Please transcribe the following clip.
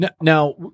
Now –